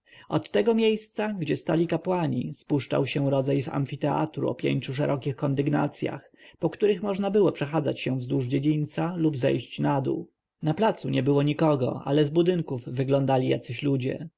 od tego miejsca gdzie stali kapłani spuszczał się rodzaj amfiteatru o pięciu szerokich kondygnacjach po których można było przechadzać się wzdłuż dziedzińca lub zejść nadół na placu nie było nikogo ale z budynków wyglądali jacyś ludzie